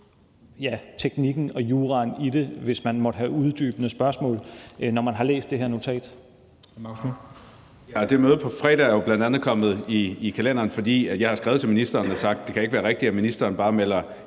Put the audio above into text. af teknikken og juraen i det, hvis man måtte have uddybende spørgsmål, når man har læst det her notat.